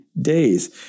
days